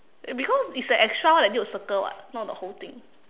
because it's the extra one that need to circle [what] not the whole thing